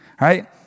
right